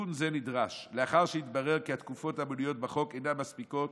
תיקון זה נדרש מאחר שהתברר כי התקופות המנויות בחוק אינן מספיקות